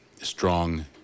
strong